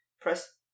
Press